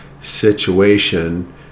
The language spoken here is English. situation